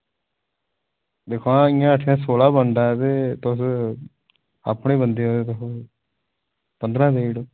दिक्खो इंया अट्ठें दा सोलां बनदा ऐ ते तुस अपने बंदे ओ तुस पंदरां देई ओड़ो